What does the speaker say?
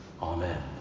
Amen